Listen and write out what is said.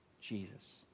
Jesus